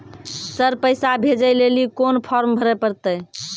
Sir पैसा भेजै लेली कोन फॉर्म भरे परतै?